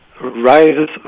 rises